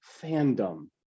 fandom